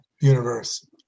universe